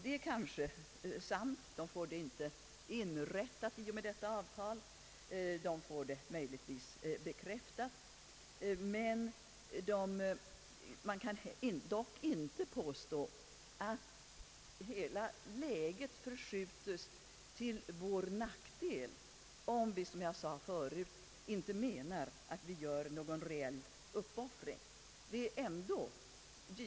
Det är kanske sant. De får det inte upprättat i och med detta avtal. De får det möjligen bekräftat. Men man kan inte påstå att hela läget förskjuts till vår nackdel om vi, som jag sade förut, inte menar att vi gör någon reell uppoffring.